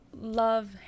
Love